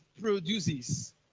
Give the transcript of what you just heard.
produces